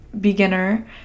beginner